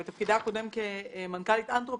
עוד בתפקידה הקודם כמנכ"לית אנטרופי,